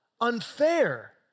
unfair